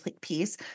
piece